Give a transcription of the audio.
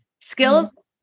Skills